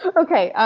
ah okay. ah